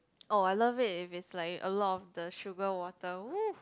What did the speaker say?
oh I love it if it's like a lot of the sugar water !whoa!